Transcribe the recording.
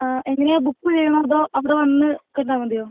ആ എങ്ങനെയാണ് ബുക്ക് ചെയ്യണോ അതോ അവിടെ വന്നു കണ്ടാല് മതിയോ